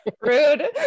rude